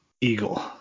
Eagle